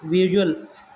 visual